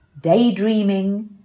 daydreaming